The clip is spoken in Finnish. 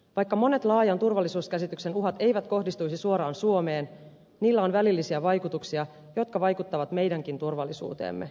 vaikka monet laajan turvallisuuskäsityksen uhat eivät kohdistuisi suoraan suomeen niillä on välillisiä vaikutuksia jotka vaikuttavat meidänkin turvallisuuteemme